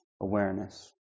awareness